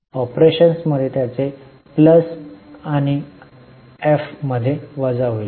ऑपरेशन्समध्ये त्याचे प्लस आणि एफ मध्ये वजा होईल